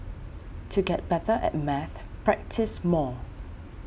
to get better at maths practise more